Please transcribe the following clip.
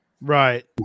Right